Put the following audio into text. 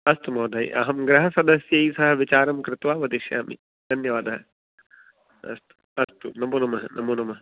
अस्तु महोदय अहं गृहसदस्यैः सह विचारं कृत्वा वदिष्यामि धन्यवादः अस्तु अस्तु नमो नमः नमो नमः